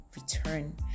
return